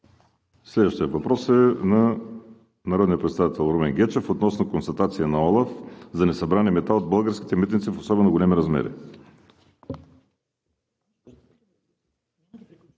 Следващият въпрос е от народния представител Румен Гечев относно констатация на ОЛАФ за несъбрани мита от българските митници в особено големи размери.